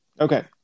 Okay